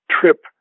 trip